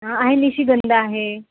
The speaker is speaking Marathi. हा आणि आहे निशिगंध आहे